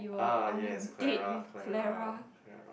ah yes Clara Clara Clara